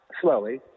slowly